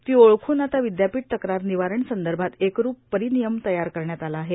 ती ओळखून आता विद्यापीठ तक्रार निवारण संदर्भात एकरूप परिनियम तयार करण्यात आला आहे